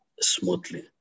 smoothly